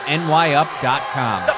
nyup.com